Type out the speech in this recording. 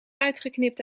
uitgeknipt